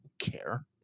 care